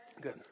Good